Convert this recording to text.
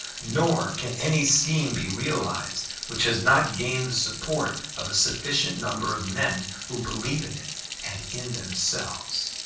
nor can any scheme be realized which has not gained the support of a sufficient number of men who believe in it and in themselves.